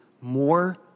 more